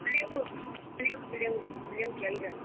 blue ਬਲਯੂ ਬਲਯੂ ਬਲਯੂ ਚਾਹੀਦਾ ਹੈ